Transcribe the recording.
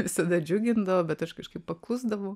visada džiugindavo bet aš kažkaip paklusdavau